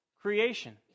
creation